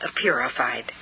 Purified